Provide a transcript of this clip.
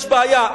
יש בעיה.